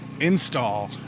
install